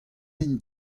int